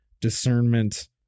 discernment